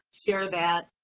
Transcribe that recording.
share that,